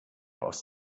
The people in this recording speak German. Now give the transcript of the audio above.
aus